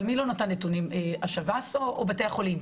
מי לא נתן נתונים, השב"ס או בתי החולים?